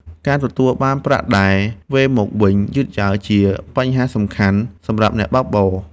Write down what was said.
ការទទួលបានប្រាក់ដែលវេរមកវិញយឺតយ៉ាវ ជាបញ្ហាសំខាន់សម្រាប់អ្នកបើកបរ។